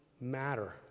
matter